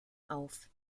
auf